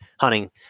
hunting